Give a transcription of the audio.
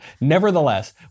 Nevertheless